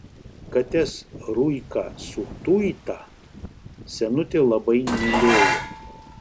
kates ruiką su tuita senutė labai mylėjo